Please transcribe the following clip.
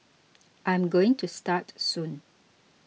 I'm going to start soon